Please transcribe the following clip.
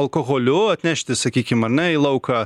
alkoholiu atnešti sakykim ar ne į lauką